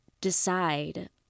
decide